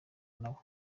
nabo